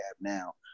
now